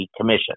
commission